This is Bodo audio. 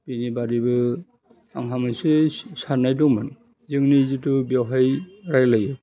बिनि बादैबो आंहा मोनसे साननाय दंमोन जोंनि जितु बेवहाय रायलायो